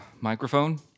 microphone